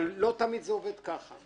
אבל לא תמיד זה עובד כך.